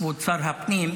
כבוד שר הפנים,